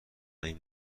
این